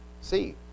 see